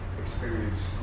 experience